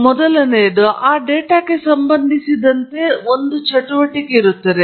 ಆದ್ದರಿಂದ ಮೊದಲನೆಯದು ಅದು ಆ ಡೇಟಾಕ್ಕೆ ಸಂಬಂಧಿಸಿದಂತೆ ಒಂದು ಬಾರಿಯ ಚಟುವಟಿಕೆಯಾಗಿದೆ